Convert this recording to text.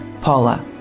Paula